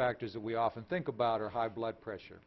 factors that we often think about are high blood pressure